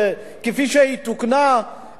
כפי שהיא תוקנה,